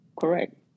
correct